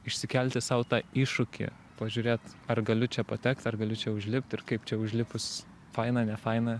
išsikelti sau tą iššūkį pažiūrėt ar galiu čia patekt ar galiu čia užlipt ir kaip čia užlipus faina nefaina